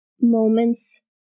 moments